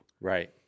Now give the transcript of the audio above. Right